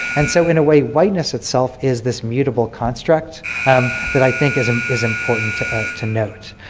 and so in a way whiteness itself is this mutable construct that i think is um is important to to note.